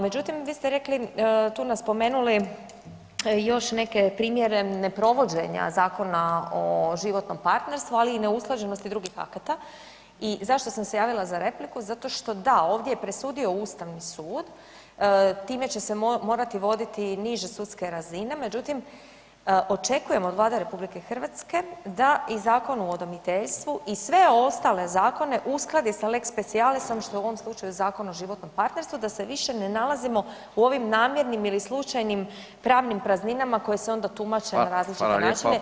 Međutim, vi ste rekli, tu naspomenuli još neke primjere neprovođenje Zakona o životnom partnerstvu ali i neusklađenosti drugih akata i zašto sam se javila za repliku, zašto što da ovdje je presudio Ustavni sud, time će se morati voditi niže sudske razine međutim očekujem od Vlade RH da i Zakon o udomiteljstvu i sve ostale zakone uskladi sa lex specialisom što je u ovom slučaju Zakon o životnom partnerstvu, da se više ne nalazimo u ovim namjernim ili slučajnim pravnim prazninama koje se onda tumače na različite načine [[Upadica: Hvala, hvala lijepa.]] diskriminatorno.